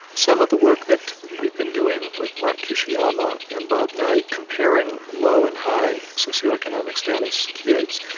some of the work that we've been doing with mark kishiyama and bob knight, comparing low and high socioeconomic status kids,